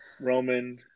Roman